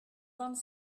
vingt